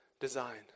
design